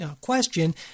question